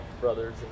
brothers